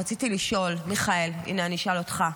רציתי לשאול, מיכאל, הינה, אני אשאל אותך.